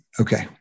Okay